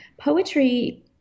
poetry